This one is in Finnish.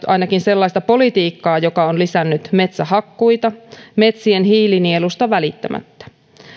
ainakin ajanut sellaista politiikkaa joka on lisännyt metsähakkuita metsien hiilinielusta välittämättä